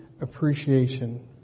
appreciation